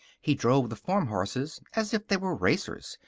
he drove the farm horses as if they were racers,